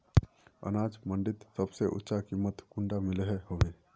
अनाज मंडीत सबसे ऊँचा कीमत कुंडा मिलोहो होबे?